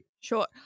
Sure